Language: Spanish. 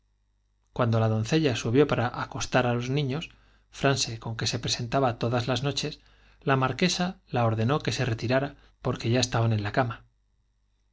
cuando la doncella subió para acostar á los niñ os frase con que se presentaba todas las noches la mar quesa la ordenó que se retirara porque ya estaban en la cama